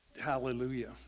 hallelujah